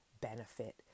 benefit